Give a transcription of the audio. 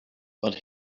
but